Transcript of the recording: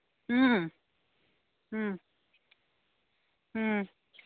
ꯎꯝ ꯎꯝ ꯎꯝ